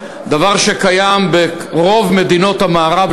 דבר שקיים ברוב מדינות המערב,